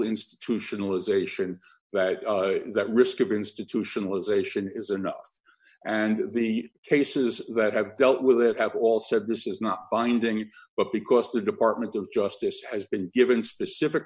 institutionalization that that risk of institutionalization is an ox and the cases that have dealt with it have all said this is not binding but because the department of justice has been given specific